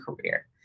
career